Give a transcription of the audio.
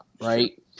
right